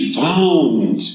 found